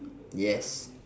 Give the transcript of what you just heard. yes